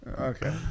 okay